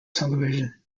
television